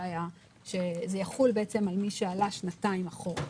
שזה יחול על מי שעלה שנתיים אחורה.